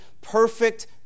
perfect